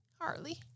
Harley